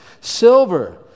Silver